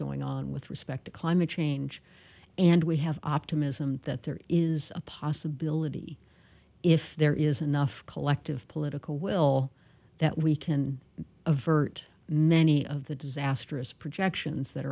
going on with respect to climate change and we have optimism that there is a possibility if there is enough collective political will that we can avert many of the disastrous projections that